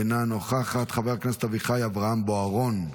אינה נוכחת, חבר הכנסת אביחי אברהם בוארון,